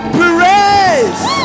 praise